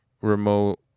remote